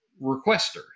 requester